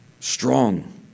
Strong